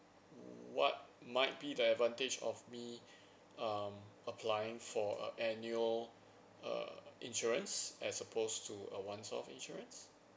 what might be the advantage of me um applying for a annual err insurance as suppose to a one off insurance